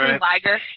liger